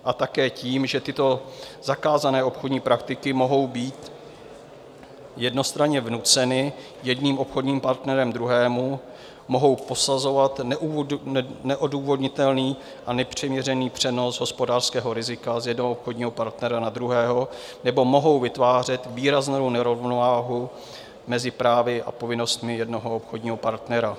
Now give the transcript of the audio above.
A také tím, že tyto zakázané obchodní praktiky mohou být jednostranně vnuceny jedním obchodním partnerem druhému, mohou posazovat neodůvodnitelný a nepřiměřený přenos hospodářského rizika z jednoho obchodního partnera na druhého nebo mohou vytvářet výraznou nerovnováhu mezi právy a povinnostmi jednoho obchodního partnera.